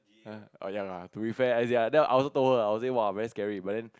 [huh] ya lah to be fair as in then I also told her I would say !wah! very scary but then